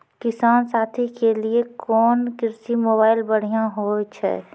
किसान साथी के लिए कोन कृषि मोबाइल बढ़िया होय छै?